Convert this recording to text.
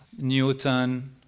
Newton